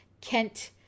Kent